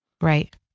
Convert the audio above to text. Right